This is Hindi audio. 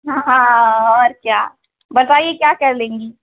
हँ और क्या बताइए क्या कर लेंगी